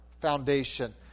foundation